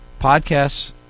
podcasts